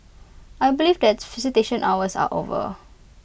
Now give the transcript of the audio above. I believe that visitation hours are over